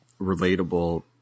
relatable